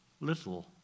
little